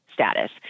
status